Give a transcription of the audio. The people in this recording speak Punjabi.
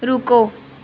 ਰੁਕੋ